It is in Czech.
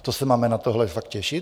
To se máme na tohle fakt těšit?